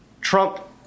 Trump